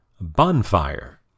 bonfire